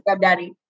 daddy